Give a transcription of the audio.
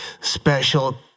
special